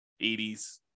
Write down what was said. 80s